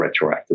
retroactively